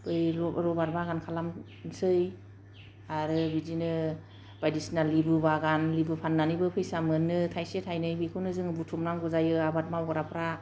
बै रब'र बागान खालामनोसै आरो बिदिनो बायदिसिना लेबु बागान लेबु फाननानैबो फैसा मोनो थायसे थायनै बेखौनो जोङो बुथुमनांगौ जायो आबाद मावग्राफ्रा